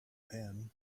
japan